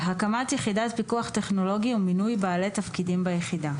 הקמת יחידת פיקוח טכנולוגי ומינוי בעלי תפקידים ביחידה